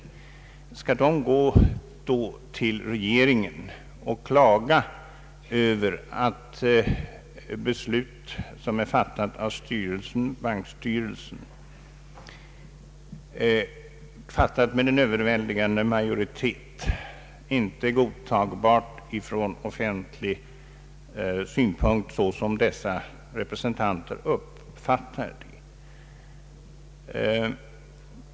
Skall de hos regeringen klaga över att det beslut som är fattat av bankstyrelsen med en överväldigande majoritet inte är godtagbart från offentlig synpunkt såsom dessa representanter uppfattar det?